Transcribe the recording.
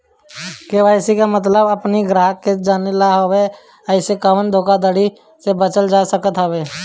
KYC के मतलब अपनी ग्राहक के जनला से हवे एसे कवनो भी धोखाधड़ी से बचल जा सकत हवे